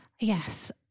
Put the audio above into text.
yes